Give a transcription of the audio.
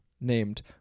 named